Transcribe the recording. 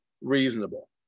reasonable